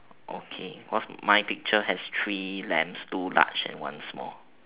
okay cause my picture has three lambs two large and one small